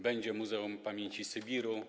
Będzie Muzeum Pamięci Sybiru.